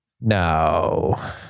No